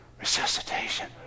resuscitation